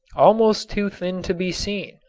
almost too thin to be seen,